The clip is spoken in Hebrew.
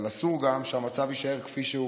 אבל אסור גם שהמצב יישאר כפי שהוא